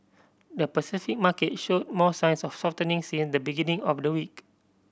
the Pacific market show more signs of softening since the beginning of the week